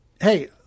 hey